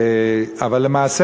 אבל למעשה,